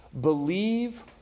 believe